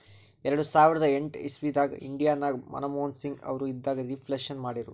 ಎರಡು ಸಾವಿರದ ಎಂಟ್ ಇಸವಿದಾಗ್ ಇಂಡಿಯಾ ನಾಗ್ ಮನಮೋಹನ್ ಸಿಂಗ್ ಅವರು ಇದ್ದಾಗ ರಿಫ್ಲೇಷನ್ ಮಾಡಿರು